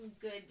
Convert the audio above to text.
good